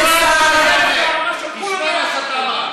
של כולם ביחד פה.